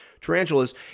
tarantulas